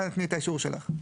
תני את האישור שלך.